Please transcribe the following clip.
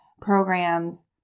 programs